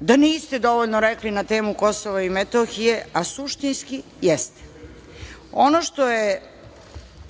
da niste dovoljno rekli na temu Kosova i Metohije, a suštinski jeste. Ono što je